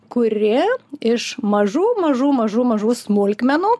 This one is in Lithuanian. kuri iš mažų mažų mažų mažų smulkmenų